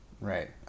Right